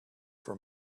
for